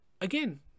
again